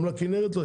גם לכנרת.